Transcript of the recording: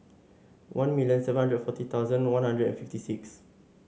one million seven hundred forty thousand One Hundred and fifty six